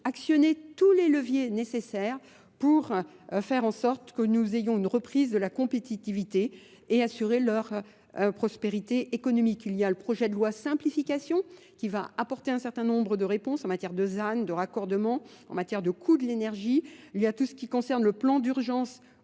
actionner tous les leviers nécessaires pour faire en sorte que nous ayons une reprise de la compétitivité et assurer leur prospérité économique. Il y a le projet de loi simplification qui va apporter un certain nombre de réponses en matière de ZAN, de raccordement, en matière de coûts de l'énergie. Il y a tout ce qui concerne le plan d'urgence